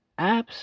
apps